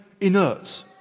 inert